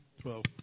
Twelve